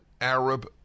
Arab